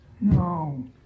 No